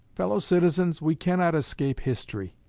fellow citizens, we cannot escape history.